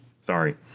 sorry